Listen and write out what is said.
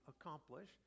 accomplish